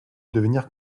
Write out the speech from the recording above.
devenir